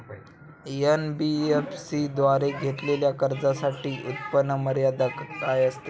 NBFC द्वारे घेतलेल्या कर्जासाठी उत्पन्न मर्यादा काय असते?